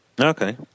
Okay